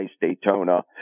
Daytona